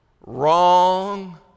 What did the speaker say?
Wrong